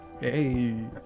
Hey